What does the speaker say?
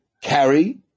carry